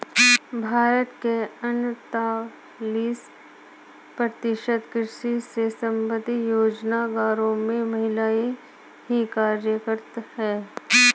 भारत के अड़तालीस प्रतिशत कृषि से संबंधित रोजगारों में महिलाएं ही कार्यरत हैं